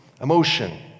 emotion